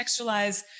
contextualize